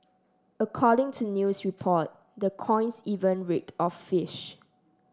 according to news report the coins even reeked of fish